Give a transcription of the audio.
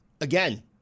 again